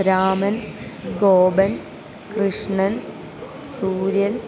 രാമൻ ഗോപൻ കൃഷ്ണൻ സൂര്യൻ